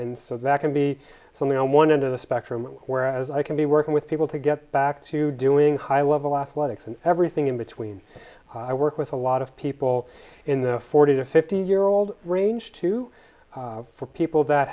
and so that can be something on one end of the spectrum where as i can be working with people to get back to doing high level athletics and everything in between i work with a lot of people in the forty to fifty year old range too for people that